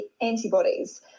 antibodies